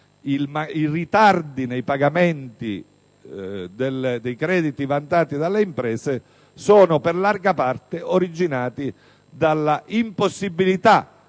i ritardi nei pagamenti dei crediti vantati dalle imprese sono per larga parte originati dall'impossibilità